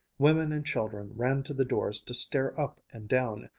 women and children ran to the doors to stare up and down,